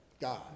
God